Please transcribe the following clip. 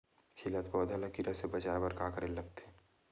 खिलत पौधा ल कीरा से बचाय बर का करेला लगथे?